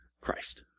Christ